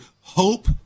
hope